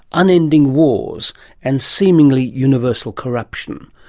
unending wars and seemingly universal corruption?